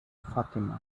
fatima